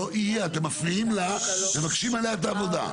נאור תקשיב, אני אחנך אותך בסוף אתה יודע?